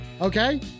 Okay